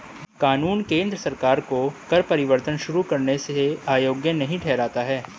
कानून केंद्र सरकार को कर परिवर्तन शुरू करने से अयोग्य नहीं ठहराता है